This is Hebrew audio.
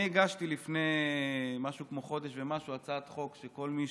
אני הגשתי לפני משהו כמו חודש ומשהו הצעת חוק שכל מי